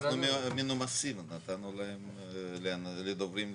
אנחנו מנומסים, אז נתנו לדוברים לדבר.